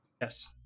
Yes